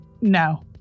no